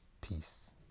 Peace